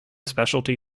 specialty